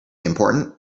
important